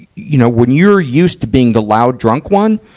you know, when you're used to being the loud, drunk one,